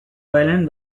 violin